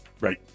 Right